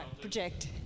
project